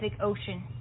Ocean